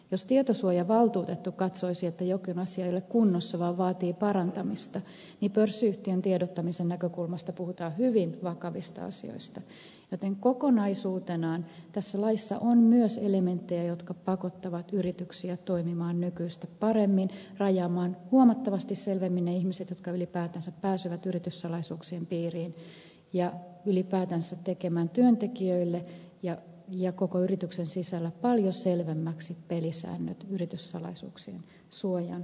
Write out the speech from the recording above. jos tietosuojavaltuutettu katsoisi että jokin asia ei ole kunnossa vaan vaatii parantamista niin pörssiyhtiön tiedottamisen näkökulmasta puhutaan hyvin vakavista asioista joten kokonaisuutenaan tässä laissa on myös elementtejä jotka pakottavat yrityksiä toimimaan nykyistä paremmin rajaamaan huomattavasti selvemmin ne ihmiset jotka ylipäätänsä pääsevät yrityssalaisuuksien piiriin ja ylipäätänsä tekemään työntekijöille ja koko yrityksen sisällä paljon selvemmiksi pelisäännöt yrityssalaisuuksien suojan osalta